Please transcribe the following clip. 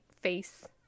face